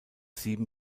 sieben